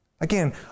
Again